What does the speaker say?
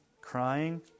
crying